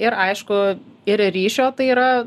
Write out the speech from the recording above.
ir aišku ir ryšio tai yra